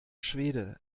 schwede